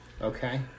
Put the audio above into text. Okay